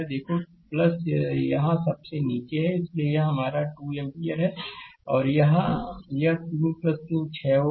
देखो यहाँ सबसे नीचे है इसलिए यह हमारा 2 एम्पीयर है और यहाँ यह 33 6 Ω है